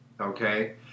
Okay